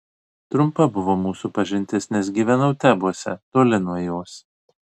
trumpa buvo mūsų pažintis nes gyvenau tebuose toli nuo jos